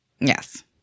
Yes